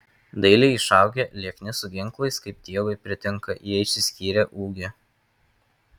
dailiai išaugę liekni su ginklais kaip dievui pritinka jie išsiskyrė ūgiu